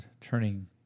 turning